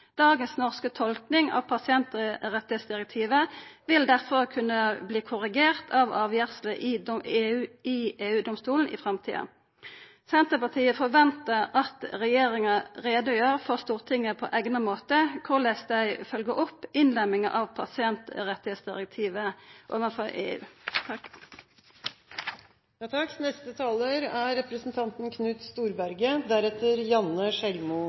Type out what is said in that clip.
Dagens norske tolking av pasientrettsdirektivet vil derfor kunna verta korrigert av avgjersler i EU-domstolen i framtida. Senterpartiet forventar at regjeringa greier ut for Stortinget på eigna måte korleis dei følger opp innlemminga av pasientrettsdirektivet overfor EU.